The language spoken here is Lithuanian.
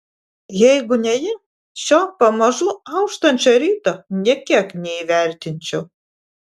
jeigu ne ji šio pamažu auštančio ryto nė kiek neįvertinčiau